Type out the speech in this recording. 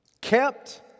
Kept